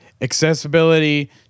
accessibility